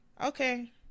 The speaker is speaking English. Okay